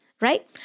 right